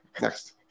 next